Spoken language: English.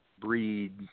breed